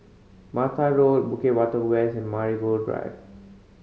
Mata Road Bukit Batok West and Marigold Drive